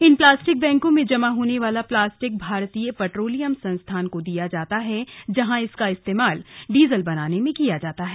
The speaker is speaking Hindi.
इन प्लास्टिक बैंकों में जमा होने वाला प्लास्टिक भारतीय पेट्रोलियम संस्थान को दिया जाता है जहां इसका इस्तेमाल डीजल बनाने में किया जाता है